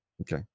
Okay